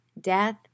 death